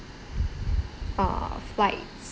uh flights